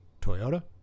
Toyota